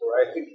Right